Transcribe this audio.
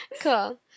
cool